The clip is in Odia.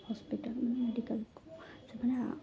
ହସ୍ପିଟାଲ ମେଡ଼ିକାଲକୁ ଯେଉଁମାନେ